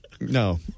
no